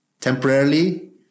temporarily